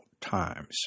times